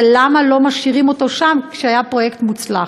למה לא משאירים אותו שם, שכן היה פרויקט מוצלח?